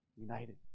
United